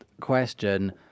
question